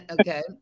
okay